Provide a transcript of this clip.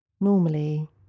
Normally